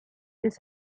this